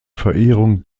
verehrung